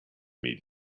meet